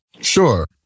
Sure